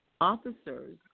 Officers